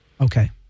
Okay